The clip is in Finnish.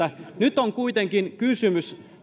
nyt on kuitenkin kysymys